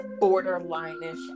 borderline-ish